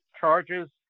charges